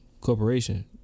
corporation